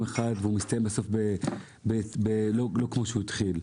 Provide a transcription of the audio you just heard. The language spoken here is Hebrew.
אחד ובסוף הוא מסתיים לא כמו הוא התחיל.